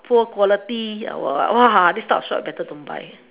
poor quality or what this type of shop better don't buy